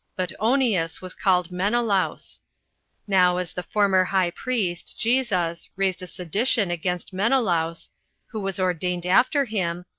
but onias was called menelaus. now as the former high priest, jesus, raised a sedition against menelaus, who was ordained after him,